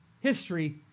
history